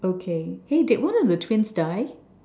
okay eh did one of the twins die